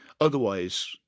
Otherwise